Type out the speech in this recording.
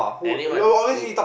anyone it